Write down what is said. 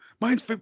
Mine's